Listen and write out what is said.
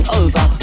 over